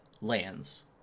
lands